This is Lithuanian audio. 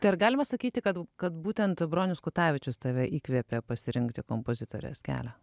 tai ar galima sakyti kad kad būtent bronius kutavičius tave įkvėpė pasirinkti kompozitorės kelią